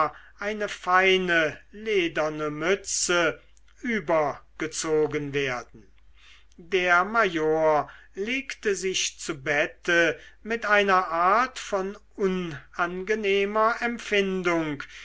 eine feine lederne mütze übergezogen werden der major legte sich zu bette mit einer art von unangenehmer empfindung